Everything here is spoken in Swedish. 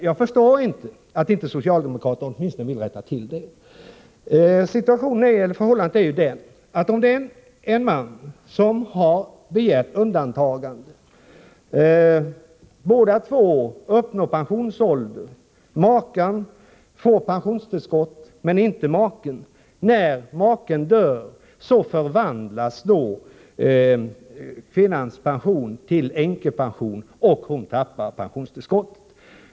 Jag förstår inte att inte socialdemokraterna vill rätta till åtminstone det. Låt oss anta att förhållandet är följande: En man har begärt undantagande, och båda makarna uppnår pensionsåldern. Makan får pensionstillskott men inte maken. När mannen dör förvandlas kvinnans pension till änkepension och hon tappar pensionstillskottet!